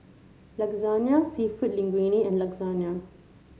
Lasagne seafood Linguine and Lasagne